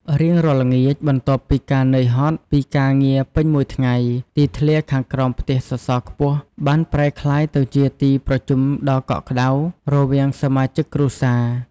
រៀងរាល់ល្ងាច បន្ទាប់ពីការនឿយហត់ពីការងារពេញមួយថ្ងៃ ទីធ្លាខាងក្រោមផ្ទះសសរខ្ពស់បានប្រែក្លាយទៅជាទីប្រជុំដ៏កក់ក្តៅ រវាងសមាជិកគ្រួសារ។